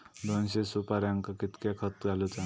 दोनशे सुपार्यांका कितक्या खत घालूचा?